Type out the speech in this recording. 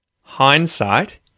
Hindsight